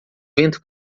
vento